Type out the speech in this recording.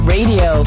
Radio